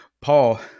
Paul